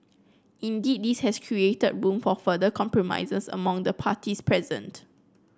indeed this has created room for further compromises among the parties present